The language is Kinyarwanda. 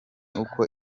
uko